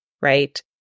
right